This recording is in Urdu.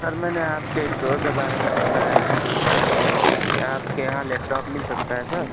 سر میں نے آپ کے اسٹور کے بارے میں سنا ہے تو کیا آپ کے یہاں لیپٹاپ مل سکتا ہے سر